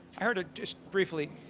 and just briefly,